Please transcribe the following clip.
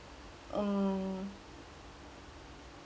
mm